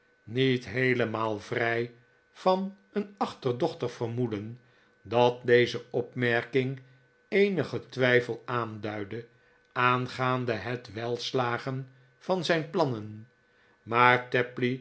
niet heelemaal vrij van een achterdochtig vermoeden dat deze opmerking eenigen twijfel aanduidde aangaande het welslagen van zijn plannen maar tapley